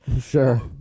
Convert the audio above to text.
Sure